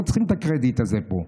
לא צריכים את הקרדיט הזה פה.